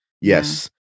Yes